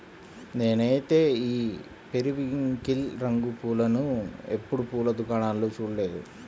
నేనైతే ఈ పెరివింకిల్ రంగు పూలను ఎప్పుడు పూల దుకాణాల్లో చూడలేదు